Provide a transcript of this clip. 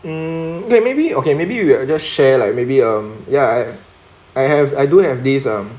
mm okay maybe okay maybe you've just share like maybe um ya I I have I do have these um